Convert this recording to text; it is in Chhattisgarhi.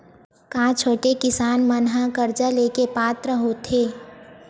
का छोटे किसान मन हा कर्जा ले के पात्र होथे?